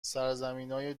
سرزمینای